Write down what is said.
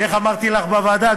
ואיך אמרתי לך בעבודה: